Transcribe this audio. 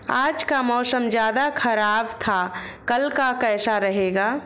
आज का मौसम ज्यादा ख़राब था कल का कैसा रहेगा?